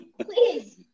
Please